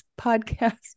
podcast